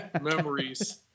memories